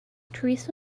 teresa